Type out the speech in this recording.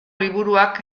liburuak